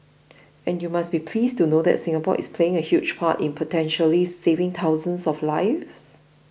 and you must be pleased to know that Singapore is playing a huge part in potentially saving thousands of lives